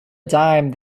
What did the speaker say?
dime